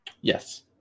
yes